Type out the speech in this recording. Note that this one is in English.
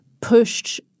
pushed